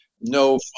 no